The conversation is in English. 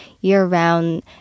year-round